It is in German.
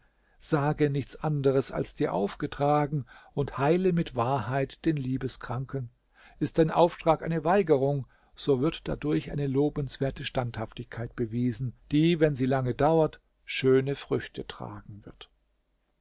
sage nichts anderes als dir aufgetragen und heile mit wahrheit den liebeskranken ist dein auftrag eine weigerung so wird dadurch eine lobenswerte standhaftigkeit bewiesen die wenn sie lange dauert schöne früchte tragen wird